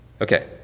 Okay